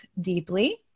deeply